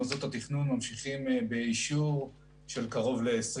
מוסדות התכנון ממשיכים באישור של קרוב ל-20